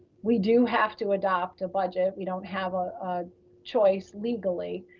we do have to adopt a budget, we don't have a choice legally.